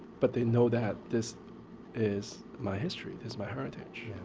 but they know that this is my history, this is my heritage.